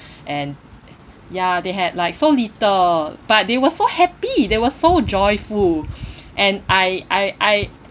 and ya they had like so little but they were so happy they were so joyful and I I I